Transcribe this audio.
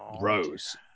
Rose